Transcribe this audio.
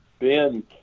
Ben